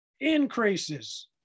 increases